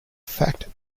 fact